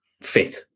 fit